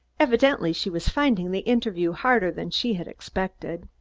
evidently she was finding the interview harder than she had expected.